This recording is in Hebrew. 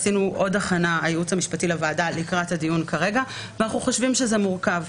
עשינו עוד הכנה לקראת הדיון היום ואנחנו חושבים שזה מורכב.